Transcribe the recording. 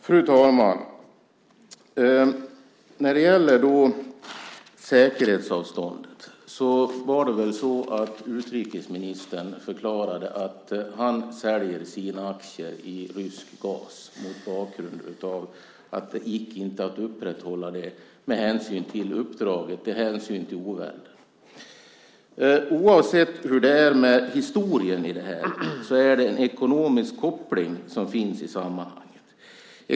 Fru talman! När det gäller säkerhetsavståndet var det väl så att utrikesministern förklarade att han säljer sitt innehav av ryska gasaktier mot bakgrund av att det inte gick att upprätthålla det med hänsyn till uppdraget, med hänsyn till ovälden. Oavsett hur det är med historien här finns det en ekonomisk koppling i sammanhanget.